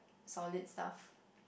solid stuffs